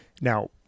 Now